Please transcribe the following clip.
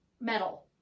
metal